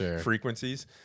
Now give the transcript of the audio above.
frequencies